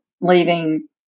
leaving